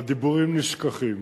הדיבורים נשכחים.